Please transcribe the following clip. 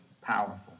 powerful